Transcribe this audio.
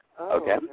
Okay